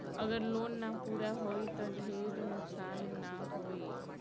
अगर लोन ना पूरा होई त ढेर नुकसान ना होई